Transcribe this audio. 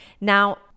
Now